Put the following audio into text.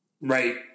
Right